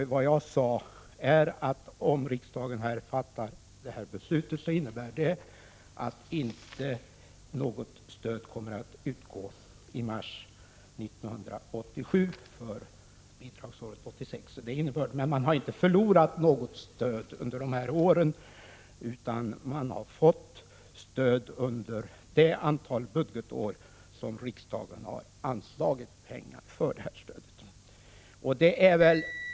Vad jag framhöll var att om riksdagen fattar det aktuella beslutet, kommer inget stöd att utbetalas i mars 1987 för bidragsåret 1986. Man har dock inte förlorat något stöd under de gångna åren utan man har fått stöd under det antal budgetår som riksdagen har anslagit pengar för detta stöd.